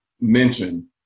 mention